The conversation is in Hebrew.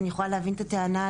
ואני יכולה להבין את הטענה,